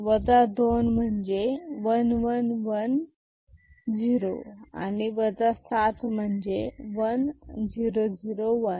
2 म्हणजे 1 1 1 0 आणि 7 म्हणजे 1 0 0 1